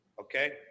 Okay